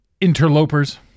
interlopers